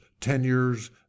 tenures